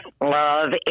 love